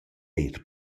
eir